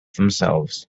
themselves